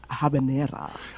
habanera